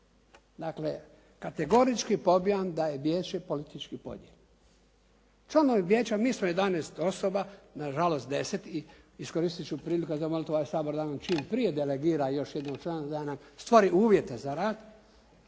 Dakle kategorički pobijam da je vijeće politički podijeljeno. Članovi vijeća, mi smo 11 osoba, na žalost 10 i iskoristiti ću priliku i zamoliti ovaj Sabor da nam čim prije delegira još jednog člana, da nam stvori uvjete za rad,